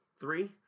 Three